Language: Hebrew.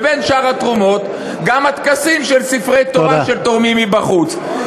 ובין שאר התרומות גם הטקסים של ספרי תורה של תורמים מבחוץ.